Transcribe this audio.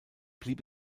blieb